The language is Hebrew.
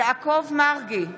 יעקב מרגי,